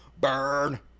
Burn